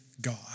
God